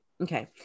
Okay